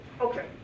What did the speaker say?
okay